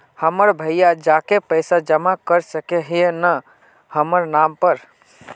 हमर भैया जाके पैसा जमा कर सके है न हमर नाम पर?